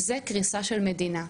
זו קריסה של מדינה.